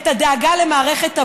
את הדאגה למערכת הבריאות,